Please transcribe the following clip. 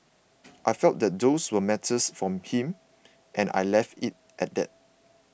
I felt that those were matters for him and I left it at that